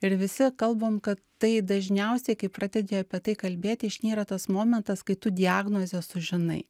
ir visi kalbam kad tai dažniausiai kai pradedi apie tai kalbėti išnyra tas momentas kai tu diagnozę sužinai